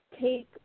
take